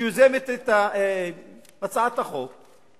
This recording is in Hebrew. שיוזמת את הצעת החוק,